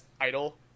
idol